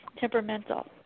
temperamental